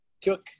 took